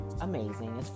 amazing